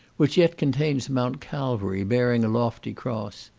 which yet contains a mount calvary, bearing a lofty cross.